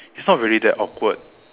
it's not really that awkward